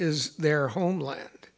is their homeland